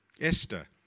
Esther